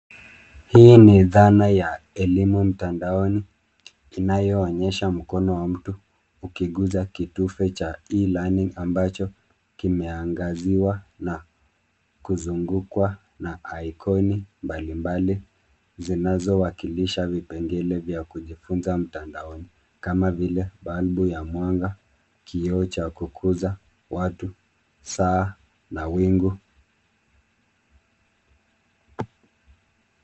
Hii ni dhana ya elimu mtandaoni, inayoonyesha mkono wa mtu ukiguza kitufe cha E-Learning ambacho kimeangaziwa na kuzungukwa na ikoni mbalimbali, zinazowakilisha vipengele vya kujifunza mtandoni, kama vile; balbu ya mwanga, kioo cha kukuza, watu, saa na wingu.